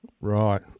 Right